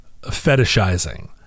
fetishizing